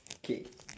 okay